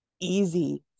easy